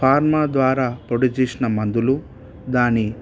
pharma ద్వారా పొడి చేసిన మందులు దాని